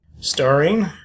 Starring